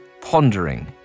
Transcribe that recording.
pondering